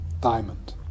diamond